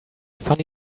funny